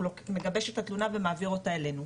הוא מגבש את התלונה ומעביר אותה אלינו.